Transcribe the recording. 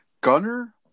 Gunner